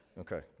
Okay